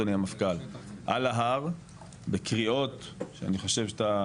אדוני המפכ"ל על ההר בקריאות שאני חושב שאתה